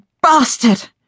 bastard